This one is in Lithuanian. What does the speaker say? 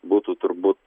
būtų turbūt